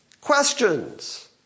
Questions